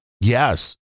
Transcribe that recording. yes